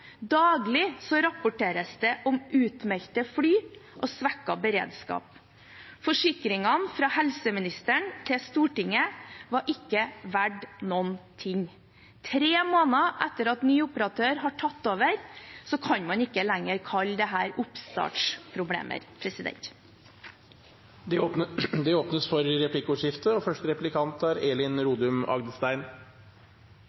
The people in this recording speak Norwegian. Daglig rapporteres det om utmeldte fly og svekket beredskap. Forsikringene fra helseministeren til Stortinget var ikke verdt noen ting. Tre måneder etter at ny operatør har tatt over, kan man ikke lenger kalle dette oppstartsproblemer. Det blir replikkordskifte. Arbeiderpartiet har lovt og lovt ting, nærmest strødd om seg med lovnader i det siste, både i budsjett og